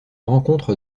rencontre